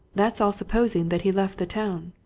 that's all supposing that he left the town.